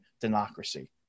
democracy